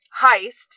heist